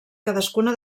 cadascuna